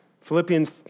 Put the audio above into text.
Philippians